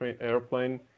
Airplane